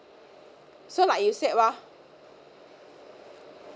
so like you said loh